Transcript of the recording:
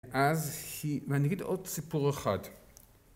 ואני אגיד עוד סיפור אחד.